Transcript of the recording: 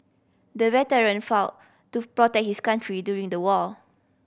the veteran fought to protect his country during the war